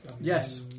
Yes